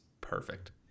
perfect